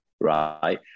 right